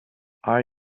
are